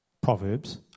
Proverbs